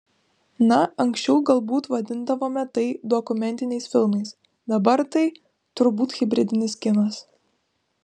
na anksčiau galbūt vadindavome tai dokumentiniais filmais dabar tai turbūt hibridinis kinas